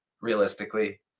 realistically